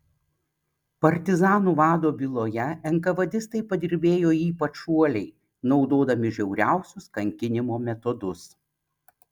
partizanų vado byloje enkavėdistai padirbėjo ypač uoliai naudodami žiauriausius kankinimo metodus